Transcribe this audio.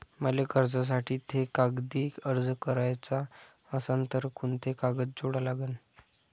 मले कर्जासाठी थे कागदी अर्ज कराचा असन तर कुंते कागद जोडा लागन?